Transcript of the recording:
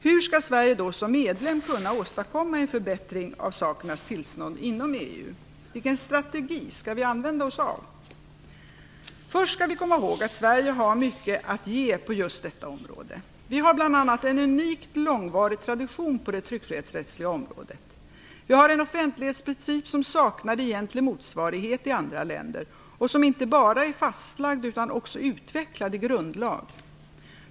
Hur skall Sverige då som medlem kunna åstadkomma en förbättring av sakernas tillstånd inom EU, och vilken strategi skall vi använda oss av? Först skall vi komma ihåg att Sverige har mycket att ge på just detta område. Vi har bl.a. en unikt långvarig tradition på det tryckfrihetsrättsliga området. Vi har en offentlighetsprincip som saknar egentlig motsvarighet i andra länder och som inte bara är fastlagd utan också utvecklad i grundlag.